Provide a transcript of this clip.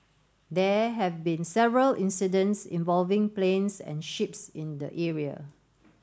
there have been several incidents involving planes and ships in the area